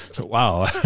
wow